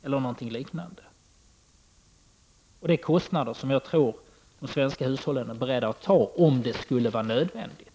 Jag tror att det är kostnader som de svenska hushållen om nödvändigt är beredda att ta.